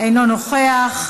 אינו נוכח,